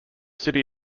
city